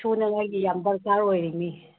ꯁꯨꯅꯉꯥꯏꯒꯤ ꯌꯥꯝ ꯗꯔꯀꯥꯔ ꯑꯣꯏꯔꯤꯅꯤ